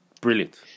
brilliant